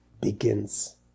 begins